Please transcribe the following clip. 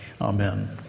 Amen